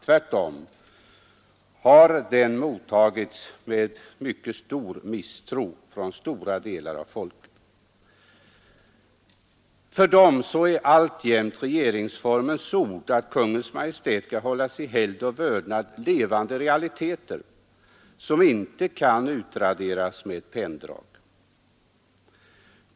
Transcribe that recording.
Tvärtom har kompromissen mottagits med mycket stor misstro. För stora delar av vårt folk är alltjämt regeringsformens ord att ”Konungens Majestät skall hållas i helgd och vördnad” ievande realiteter, som inte kan utraderas med ett penndrag.